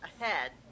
ahead